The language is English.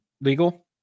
legal